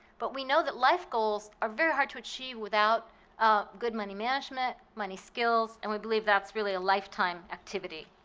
but we know that life goals are very hard to achieve without ah good money management, money skills, and we believe that's really a lifetime activity.